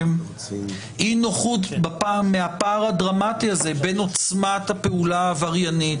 אי-נוחות מהפער הדרמטי הזה בין עוצמת הפעולה העבריינית,